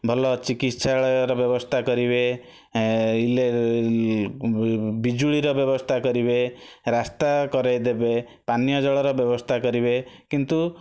ଭଲ ଚିକିତ୍ସାଳୟର ବ୍ୟବସ୍ଥା କରିବେ ବିଜୁଳିର ବ୍ୟବସ୍ଥା କରିବେ ରାସ୍ତା କରାଇ ଦେବେ ପାନୀୟ ଜଳର ବ୍ୟବସ୍ଥା କରିବେ କିନ୍ତୁ